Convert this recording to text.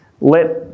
let